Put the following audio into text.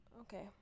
Okay